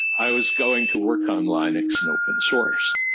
i was going to work on linux and open source.